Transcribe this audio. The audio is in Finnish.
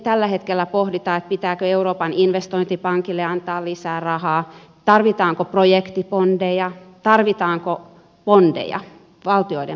tällä hetkellä pohditaan pitääkö euroopan investointipankille antaa lisää rahaa tarvitaanko projektibondeja tarvitaanko bondeja valtioiden bondeja